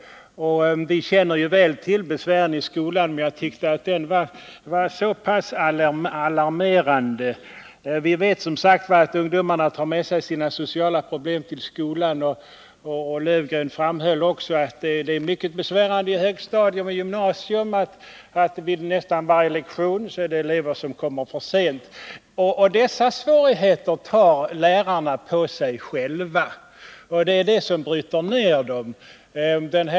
Vi känner väl till besvärligheterna i skolan, men jag tyckte att den här rapporten var så alarmerande att den motiverade min fråga. Vi vet att ungdomarna tar med sig sina sociala problem till skolan, och Horst Löfgren framhåller också i rapporten att det är mycket besvärande att elever på högstadiet och i gymnasiet kommer för sent till nästan varje lektion. Sådana svårigheter tar lärarna på sig själva, och det är detta som bryter ner dem.